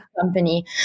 company